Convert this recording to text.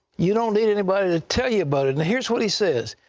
you don't need anybody to tell you about it, and here's what he says.